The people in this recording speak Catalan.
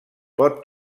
pot